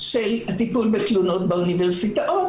של הטיפול בתלונות באוניברסיטאות,